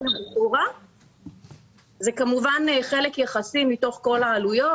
פנייה 33-005 נועדה לבצע הסטות בתוך סעיף תקציב